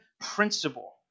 principle